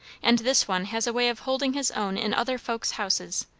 and this one has a way of holding his own in other folks' houses,